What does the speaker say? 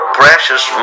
precious